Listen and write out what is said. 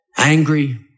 angry